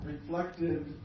reflected